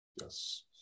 Yes